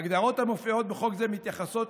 ההגדרות המופיעות בחוק זה מתייחסות